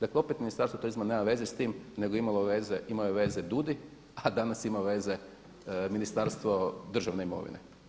Dakle, opet Ministarstvo turizma nema veze s tim nego imaju veze dudi, a danas ima veze Ministarstvo državne imovine.